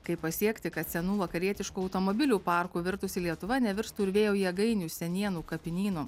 kaip pasiekti kad senų vakarietiškų automobilių parku virtusi lietuva nevirstų ir vėjo jėgainių senienų kapinynu